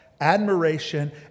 admiration